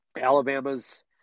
Alabama's